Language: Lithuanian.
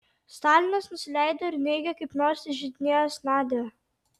stalinas nusileido ir neigė kaip nors įžeidinėjęs nadią